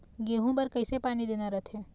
गेहूं बर कइसे पानी देना रथे?